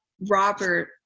Robert